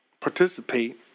Participate